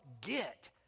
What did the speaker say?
get